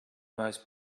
most